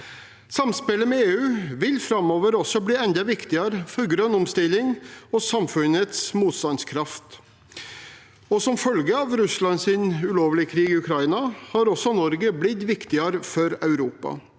Samspillet med EU vil framover også bli enda viktigere for grønn omstilling og samfunnets motstandskraft. Som følge av Russlands ulovlige krig i Ukraina har også Norge blitt viktigere for Europa.